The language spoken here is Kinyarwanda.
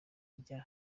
ijya